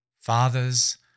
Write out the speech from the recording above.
Fathers